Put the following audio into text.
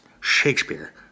Shakespeare